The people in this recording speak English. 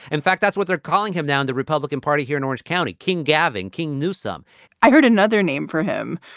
in fact, that's what they're calling him now in the republican party here in orange county, king gavin king newsom i heard another name for him,